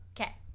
Okay